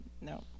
no